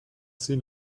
seen